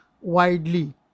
widely